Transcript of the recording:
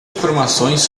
informações